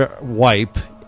wipe